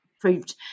proved